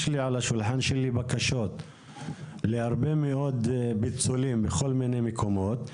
על שולחני מונחות בקשות להרבה מאוד פיצולים בכל מיני מקומות.